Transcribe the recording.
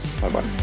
Bye-bye